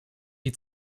die